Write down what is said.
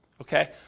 Okay